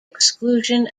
exclusion